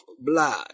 blood